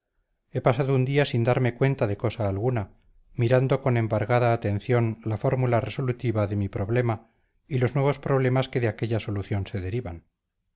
he pasado un día sin darme cuenta de cosa alguna mirando con embargada atención la fórmula resolutiva de mi problema y los nuevos problemas que de aquella solución se derivan